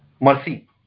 mercy